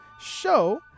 show